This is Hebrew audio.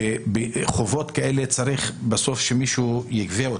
שחובות כאלה צריך בסוף שמישהו יגבה אותם,